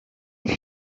this